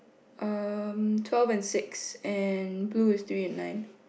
um twelve and six and blue is three and nine